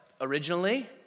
originally